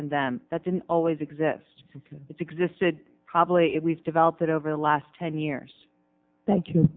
and them that didn't always exist it existed probably if we've developed it over the last ten years thank you